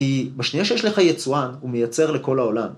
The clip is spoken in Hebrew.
כי בשנייה שיש לך יצואן הוא מייצר לכל העולם.